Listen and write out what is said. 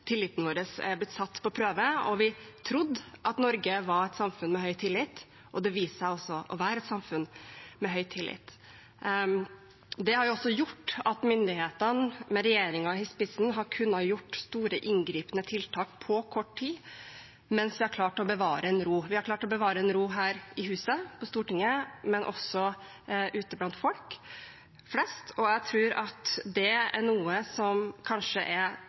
tilliten vår er blitt satt på prøve. Vi trodde at Norge var et samfunn med høy tillit, og det viste seg også å være et samfunn med høy tillit. Det har gjort at myndighetene med regjeringen i spissen har kunnet gjøre store inngripende tiltak på kort tid mens vi har klart å bevare en ro. Vi har klart å bevare en ro her i huset, på Stortinget, men også ute blant folk flest, og det er kanskje det mest grunnleggende, som